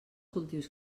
cultius